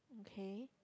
okay